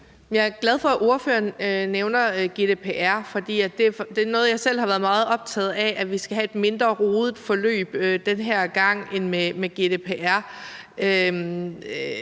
Jeg er glad for, at ordføreren nævner GDPR, for det er noget, jeg selv har været meget optaget af, altså at vi skal have et mindre rodet forløb den her gang end med GDPR.